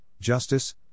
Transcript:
justice